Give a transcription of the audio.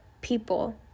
people